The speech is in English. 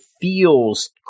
feels